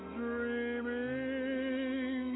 dreaming